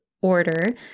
order